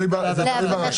להחליט